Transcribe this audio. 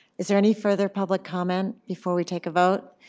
is there any further public comment before we take a vote?